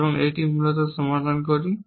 এবং এটি মূলত সমাধান করি